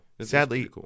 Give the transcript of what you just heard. Sadly